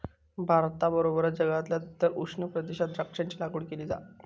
भारताबरोबर जगातल्या इतर उष्ण प्रदेशात द्राक्षांची लागवड केली जा